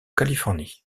californie